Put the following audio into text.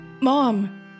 Mom